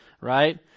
right